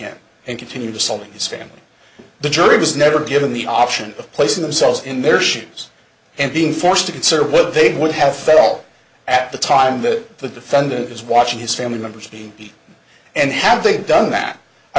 in and continue to solving his family the jury was never given the option of placing themselves in their shoes and being forced to consider what they would have felt at the time that the defendant is watching his family members be and have they done that i